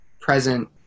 present